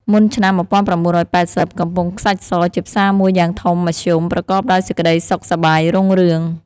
មុនឆ្នាំ ១៩៨០ កំពង់ខ្សាច់ស ជាផ្សារមួយយ៉ាងធំមធ្យម ប្រកបដោយសេចក្តីសុខសប្បាយរុងរឿង។